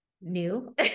new